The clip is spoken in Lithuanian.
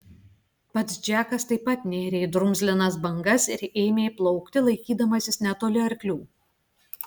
pats džekas taip pat nėrė į drumzlinas bangas ir ėmė plaukti laikydamasis netoli arklių